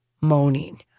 moaning